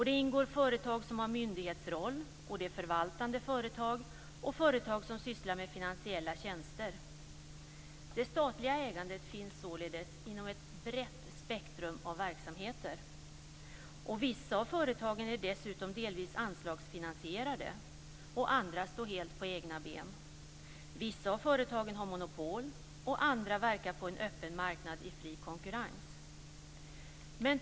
Det ingår företag som har myndighetsroll, det är förvaltande företag, och företag som sysslar med finansiella tjänster. Det statliga ägandet finns således inom ett brett spektrum av verksamheter. Vissa av företagen är dessutom delvis anslagsfinansierade, och andra står helt på egna ben. Vissa av företagen har monopol, och andra verkar på en öppen marknad i fri konkurrens.